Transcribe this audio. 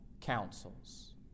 counsels